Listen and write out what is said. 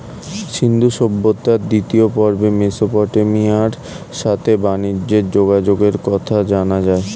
সিন্ধু সভ্যতার দ্বিতীয় পর্বে মেসোপটেমিয়ার সাথে বানিজ্যে যোগাযোগের কথা জানা যায়